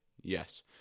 Yes